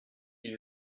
ils